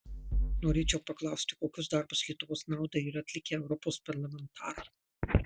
norėčiau paklausti kokius darbus lietuvos naudai yra atlikę europos parlamentarai